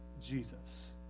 jesus